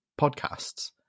podcasts